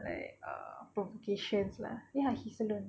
like err provocations lah ya he's alone